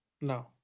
No